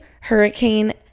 Hurricane